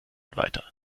weiter